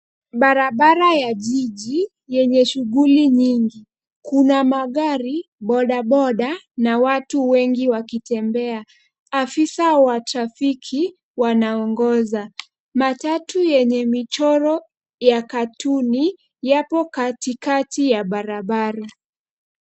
Barabara ya jiji yenye shughuli nyingi. Kuna magari, bodaboda na watu wengi wakitembea. Afisa wa trafiki wanaongoza. Matatu yenye michoro ya cartoon yapo katikati ya barabara.